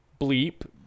bleep